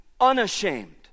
unashamed